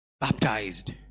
baptized